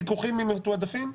פיקוחים ממתועדפים?